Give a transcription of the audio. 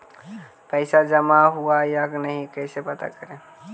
पैसा जमा हुआ या नही कैसे पता करे?